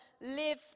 Live